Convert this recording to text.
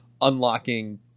unlocking